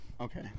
Okay